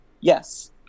yes